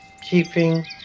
keeping